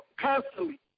constantly